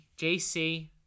JC